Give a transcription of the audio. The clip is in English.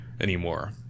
anymore